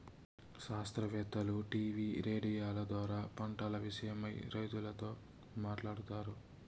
శాస్త్రవేత్తలు టీవీ రేడియోల ద్వారా పంటల విషయమై రైతులతో మాట్లాడుతారు